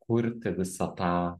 kurti visą tą